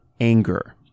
anger